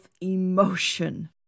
emotion